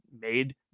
made